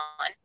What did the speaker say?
on